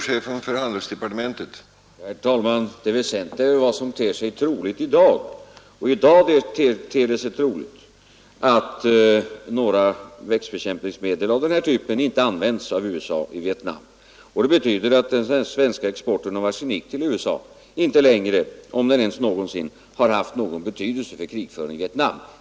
Herr talman! Det väsentliga är vad som ter sig troligt i dag, och i dag ter det sig troligt att några växtbekämpningsmedel av den här typen inte används av USA i Vietnam. Det betyder att den svenska exporten av arsenik till USA inte längre har, om den ens någonsin har haft, någon Nr 123 betydelse för krigföringen i Vietnam.